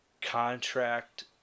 contract